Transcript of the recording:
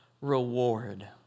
reward